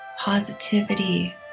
Positivity